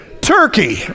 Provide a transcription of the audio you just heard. turkey